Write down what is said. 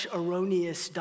erroneous